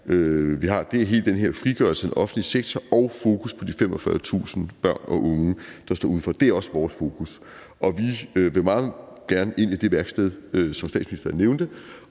er hele den her frigørelse af den offentlige sektor og fokusset på de 45.000 børn og unge, der står udenfor – det er også vores fokus – og vi vil meget gerne ind i det værksted, som fru Mette Frederiksen nævnte,